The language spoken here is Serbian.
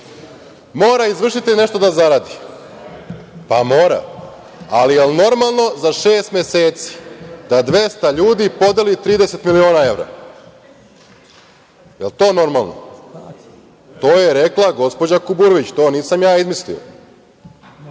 izvršitelj nešto da zaradi, pa mora, ali da li je normalno za šest meseci da 200 ljudi podeli 30 miliona evra? Da li je to normalno? To je rekla gospođa Kuburović, nisam ja izmislio.